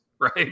right